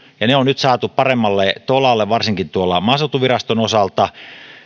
ja ne on nyt saatu paremmalle tolalle varsinkin maaseutuviraston osalta